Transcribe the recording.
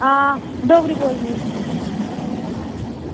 हां डोगरी बोलनी